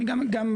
אני גם בנוסף,